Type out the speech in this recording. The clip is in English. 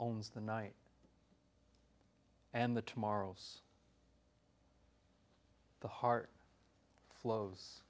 owns the night and the tomorrows the heart flows